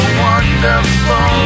wonderful